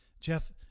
Jeff